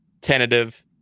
tentative